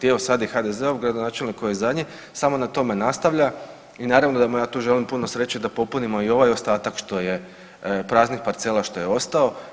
I evo sada i HDZ-ov gradonačelnik koji je zadnji samo na tome nastavlja i naravno da mu ja tu želim puno sreće da popunimo i ovaj ostatak praznih parcela što je ostao.